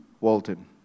Walton